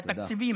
התקציבים,